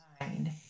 mind